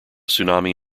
tsunami